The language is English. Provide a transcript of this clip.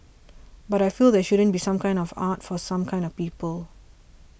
but I feel there shouldn't be some kinds of arts for some kinds of people